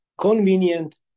convenient